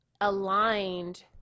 aligned